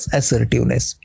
assertiveness